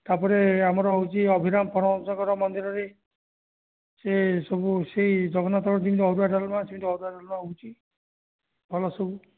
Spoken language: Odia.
ତାପରେ ଆମର ହେଉଛି ଅଭିରାମପରମହଂସଙ୍କର ମନ୍ଦିରରେ ସେ ସବୁ ସେହି ଜଗନ୍ନାଥଙ୍କ ଯେମିତି ଅରୁଆ ଡାଲମା ସେମିତି ଅରୁଆ ଡାଲମା ହେଉଛି ଭଲ ସବୁ